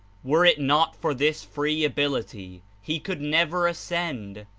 were it not for this free ability, he could never ascend,